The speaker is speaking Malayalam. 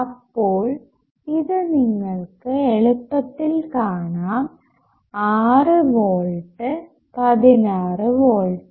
അപ്പോൾ ഇത് നിങ്ങൾക്ക് എളുപ്പത്തിൽ കാണാം 6 വോൾട്ട് 16 വോൾട്ട്